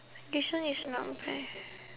this one is not bad